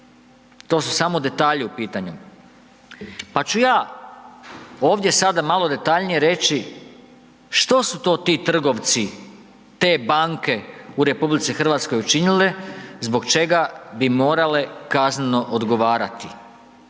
Do su samo detalji u pitanju. Pa ću ja ovdje sada malo detaljnije reći što su to ti trgovci, te banke u RH učinile zbog čega bi morale kazneno odgovarati